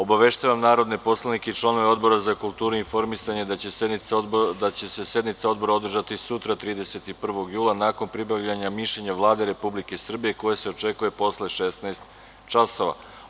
Obaveštavam narodne poslanike i članove Odbora za kulturu i informisanje da će se sednica Odbora održati sutra, 31. jula 2014. godine nakon pribavljanja mišljenja Vlade Republike Srbije, koje se očekuje posle 16,00 časova.